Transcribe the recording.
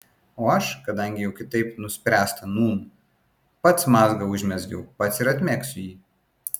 o aš kadangi jau kitaip nuspręsta nūn pats mazgą užmezgiau pats ir atmegsiu jį